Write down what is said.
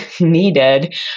needed